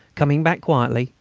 coming back quietly,